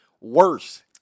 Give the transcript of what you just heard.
worse